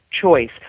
choice